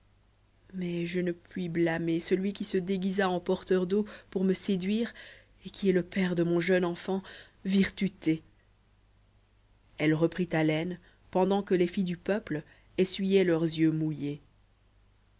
mais je ne puis blâmer celui qui se déguisa en porteur d'eau pour me séduire et qui est le père de mon jeune enfant virtuté elle reprit haleine pendant que les filles du peuple essuyaient leurs yeux mouillés